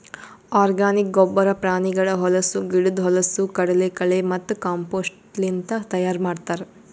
organic ಗೊಬ್ಬರ ಪ್ರಾಣಿಗಳ ಹೊಲಸು, ಗಿಡುದ್ ಹೊಲಸು, ಕಡಲಕಳೆ ಮತ್ತ ಕಾಂಪೋಸ್ಟ್ಲಿಂತ್ ತೈಯಾರ್ ಮಾಡ್ತರ್